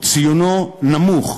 וציונו נמוך.